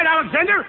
Alexander